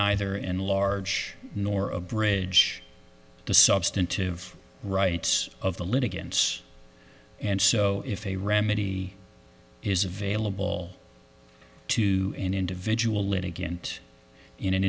neither and large nor a bridge the substantive rights of the litigants and so if a remedy is available to an individual litigant in an